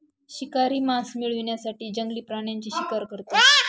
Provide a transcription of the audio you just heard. शिकारी मांस मिळवण्यासाठी जंगली प्राण्यांची शिकार करतो